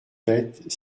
bêtes